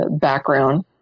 background